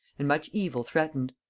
and much evil threatened.